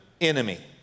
enemy